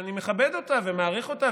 שאני מכבד אותה ומעריך אותה,